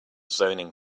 zoning